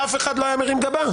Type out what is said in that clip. אף אחד לא היה מרים גבה.